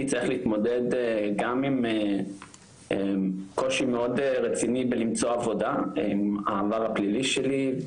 צריך להתמודד גם עם קושי מאד רציני בלמצוא עבודה עם העבר הפלילי שלי,